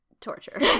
torture